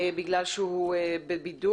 בגלל שהוא בבידוד.